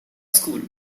school